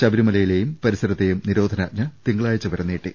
ശബരിമലയിലേയും പരിസരത്തേയും നിരോധനാജ്ഞ തിങ്ക ളാഴ്ച്ച വരെ നീട്ടി